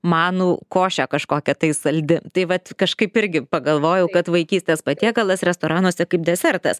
manų košė kažkokia tai saldi tai vat kažkaip irgi pagalvojau kad vaikystės patiekalas restoranuose kaip desertas